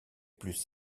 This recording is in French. plus